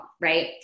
right